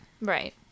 Right